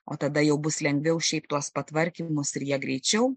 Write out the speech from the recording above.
o tada jau bus lengviau šiaip tuos patvarkymus ir jie greičiau